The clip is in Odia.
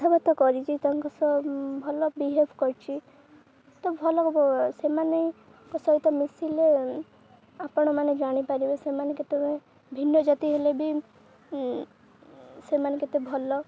କଥାବାର୍ତ୍ତା କରିଛି ତାଙ୍କ ସହ ଭଲ ବିହେଭ୍ କରିଛି ତ ଭଲ ସେମାନେଙ୍କ ସହିତ ମିଶିଲେ ଆପଣମାନେ ଜାଣିପାରିବେ ସେମାନେ କେତେବେଳେ ଭିନ୍ନ ଜାତି ହେଲେ ବି ସେମାନେ କେତେ ଭଲ